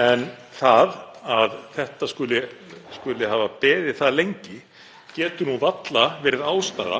En það að þetta skuli hafa beðið það lengi getur nú varla verið ástæða